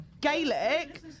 Gaelic